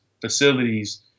facilities